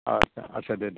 आच्चा आच्चा दे